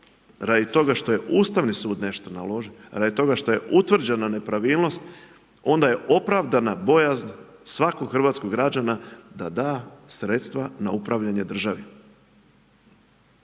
radi toga što je Ustavni sud nešto naložio, radi toga što je utvrđena nepravilnost, onda je opravdana bojazan svakog hrvatskog građanina da da sredstva na upravljanje državi.